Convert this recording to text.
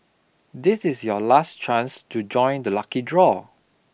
this is your last chance to join the lucky draw